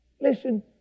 Listen